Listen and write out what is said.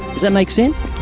does that make sense?